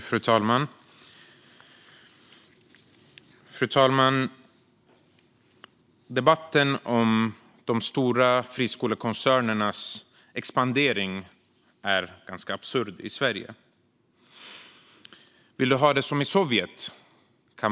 Frau talman! Debatten om de stora friskolekoncernernas expandering är ganska absurd i Sverige. Vill du ha det som i Sovjet?